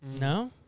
No